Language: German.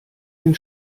den